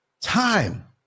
Time